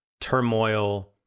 turmoil